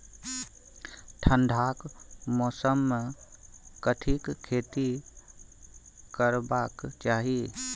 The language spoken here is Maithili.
ठंडाक मौसम मे कथिक खेती करबाक चाही?